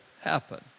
happen